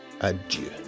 adieu